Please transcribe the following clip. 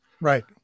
right